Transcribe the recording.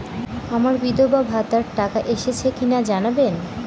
আমার বিধবাভাতার টাকা এসেছে কিনা জানাবেন?